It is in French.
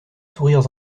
sourires